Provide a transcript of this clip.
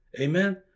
amen